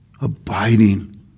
abiding